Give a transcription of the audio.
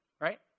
right